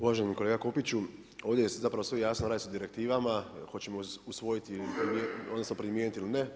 Uvaženi kolega Kopiću, ovdje je zapravo sve jasno sa direktivama hoćemo usvojiti, odnosno primijeniti ili ne.